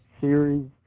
Series